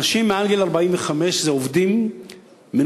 אנשים מעל גיל 45 הם עובדים מנוסים,